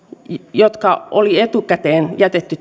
jotka oli etukäteen jätetty